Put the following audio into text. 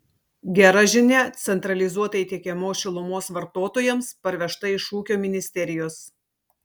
gera žinia centralizuotai tiekiamos šilumos vartotojams parvežta iš ūkio ministerijos